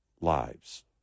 lives